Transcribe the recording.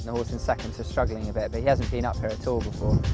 the horse in second is just struggling a bit but he hasn't been up here at all before,